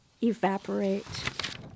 evaporate